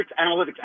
analytics